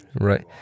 right